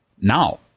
Now